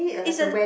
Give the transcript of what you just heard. it's a